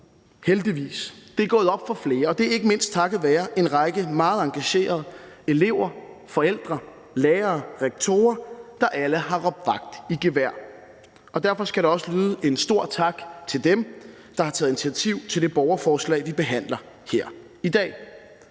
heldigvis. Det er gået op for flere, og det er ikke mindst takket være en række meget engagerede elever, forældre, lærere og rektorer, der alle har råbt vagt i gevær. Derfor skal der også lyde en stor tak til dem, der har taget initiativ til det borgerforslag, vi behandler her i dag.